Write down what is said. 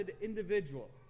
individual